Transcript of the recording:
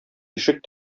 ишек